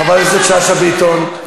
חברת הכנסת שאשא ביטון,